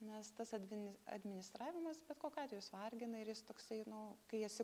nes tas adminis administravimas bet kokiu atveju jis vargina ir jis toksai nu kai esi